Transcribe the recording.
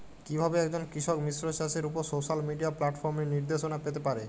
কিভাবে একজন কৃষক মিশ্র চাষের উপর সোশ্যাল মিডিয়া প্ল্যাটফর্মে নির্দেশনা পেতে পারে?